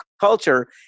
culture